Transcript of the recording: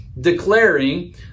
declaring